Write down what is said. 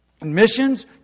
Missions